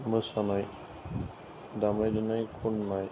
मोसानाय दामनाय देनाय खननाय